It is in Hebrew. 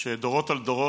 שדורות על דורות,